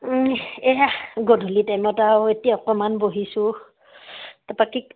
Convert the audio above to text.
এইয়া গধূলি টাইমত আৰু এতিয়া অকমান বহিছোঁ তাপাকি